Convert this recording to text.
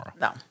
No